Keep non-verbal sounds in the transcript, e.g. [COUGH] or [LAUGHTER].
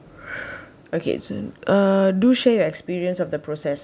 [NOISE] okay zen~ uh do share your experience of the process